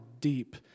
deep